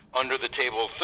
under-the-table